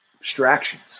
Abstractions